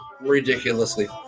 ridiculously